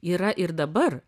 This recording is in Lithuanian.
yra ir dabar